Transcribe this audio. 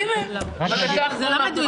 זה לא מדויק.